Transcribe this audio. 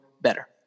better